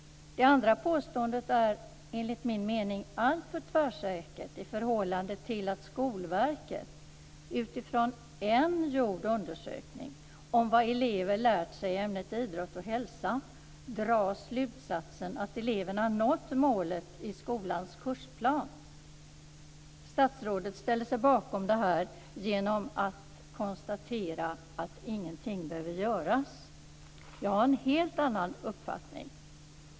Det andra påståendet är enligt min mening alltför tvärsäkert i förhållande till att Skolverket, utifrån en gjord undersökning av vad elever lär sig i ämnet idrott och hälsa, drar slutsatsen att eleverna nått målet i skolans kursplan. Statsrådet ställer sig bakom det genom att konstatera att ingenting behöver göras. Jag har en helt annan uppfattning.